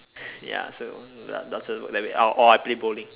ya so that that's like I like orh I play bowling